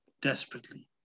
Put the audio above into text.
desperately